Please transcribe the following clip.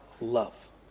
love